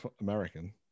American